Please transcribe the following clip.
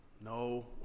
No